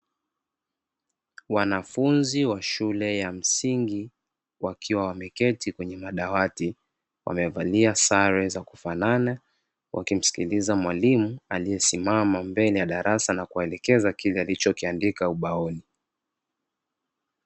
Wanafunzi wa shule ya msingi wakiwa wameketi katika madawati, wamevalia sare za kufanana wakimsikiliza mwalimu aliyesimama mbele ya darasa na kuelekeza kile alichokiandika ubaoni.